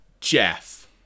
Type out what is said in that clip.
Jeff